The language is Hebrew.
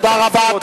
תודה רבה.